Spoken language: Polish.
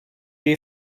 jej